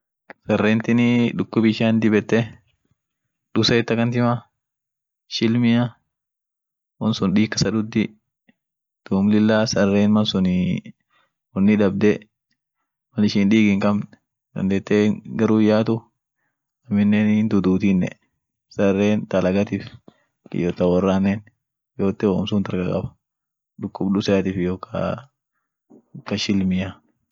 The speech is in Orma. sarentinii dukub ishian dibete dusset akan tima, shilmia, wonsun diig kasa duddi duum lilla saren malsunii wonnindabde.